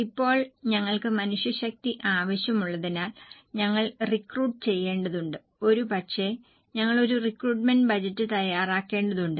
ഇപ്പോൾ ഞങ്ങൾക്ക് മനുഷ്യശക്തി ആവശ്യമുള്ളതിനാൽ ഞങ്ങൾ റിക്രൂട്ട് ചെയ്യേണ്ടതുണ്ട് ഒരുപക്ഷേ ഞങ്ങൾ ഒരു റിക്രൂട്ട്മെന്റ് ബജറ്റ് തയ്യാറാക്കേണ്ടതുണ്ട്